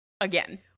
again